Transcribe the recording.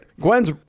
Gwen's